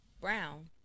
brown